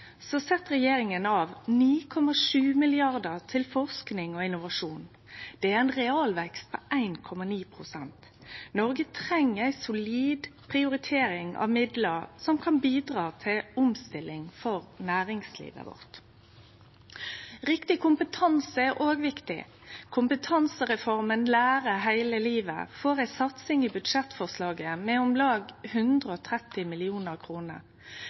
set regjeringa av 9,7 mrd. kr til forsking og innovasjon. Det er ein realvekst på 1,9 pst. Noreg treng ei solid prioritering av midlar som kan bidra til omstilling for næringslivet vårt. Riktig kompetanse er òg viktig. Kompetansereforma Lære hele livet får ei satsing i budsjettforslaget med om lag 130